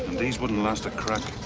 these wouldn't last a crack.